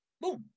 boom